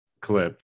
clip